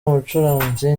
umucuranzi